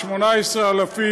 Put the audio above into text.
18,000,